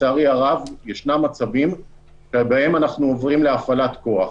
לצערי הרב ישנם מצבים שבהם אנחנו עוברים להפעלת כוח.